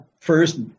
first